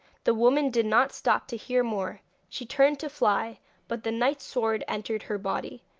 the woman did not stop to hear more she turned to fly but the knight's sword entered her body.